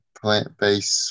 plant-based